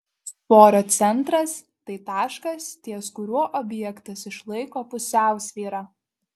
svorio centras tai taškas ties kuriuo objektas išlaiko pusiausvyrą